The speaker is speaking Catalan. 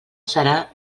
serà